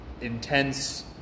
intense